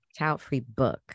Childfreebook